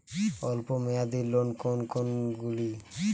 অল্প মেয়াদি লোন কোন কোনগুলি?